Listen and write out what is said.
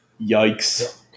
Yikes